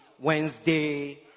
Wednesday